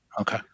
Okay